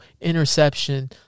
interception